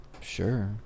Sure